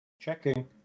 Checking